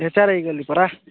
retire ହୋଇଗଲି ପରା